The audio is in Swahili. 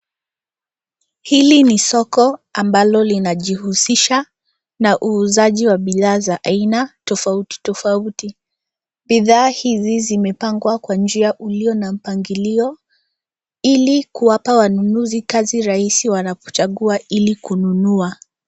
Hili ni soko ambalo linajihusisha na uuzaji wa bidhaa za aina tofauti tofauti. Bidhaa hizi zimepengwa kwa njia iliyo na mpangilio ili kuwapa wanunuzi kazi rahisia wakati wanapochagua ili kununua.